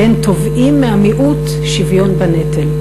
והם תובעים מהמיעוט שוויון בנטל.